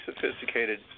sophisticated